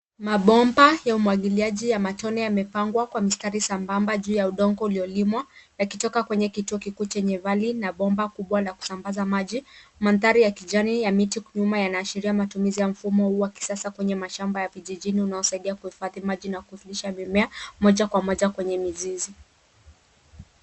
Mabomba ya umwagiliaji ya matone yamepangwa kwa mistari sambamba juu ya udongo uliolimwa yakitoka kwenye kituo kikuu chenye vali na bomba kubwa la kusambaza maji. Mandhari ya kijani ya miti nyuma yanaashiria mfumo huu wa kisasa kwenye mashamba ya vijijini unaosaidia kuhifadhi maji na kunyunyuzia mimea moja kwa kwenye mizizi.